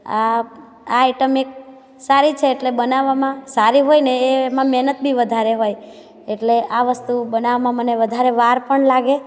આ આ આઈટમ એક સારી છે એટલે બનાવવામાં સારી હોય ને એમાં મહેનત બી વધારે હોય એટલે આ વસ્તુ બનાવવામાં મને વધારે વાર પણ લાગે